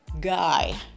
guy